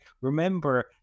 remember